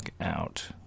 out